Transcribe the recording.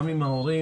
גם עם ההורים,